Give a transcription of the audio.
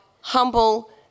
humble